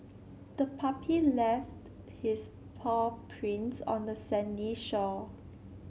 the puppy left his paw prints on the sandy shore